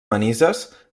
manises